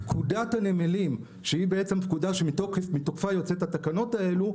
פקודת הנמלים שהיא בעצם פקודה שמתוקפה יוצאים התקנות האלו,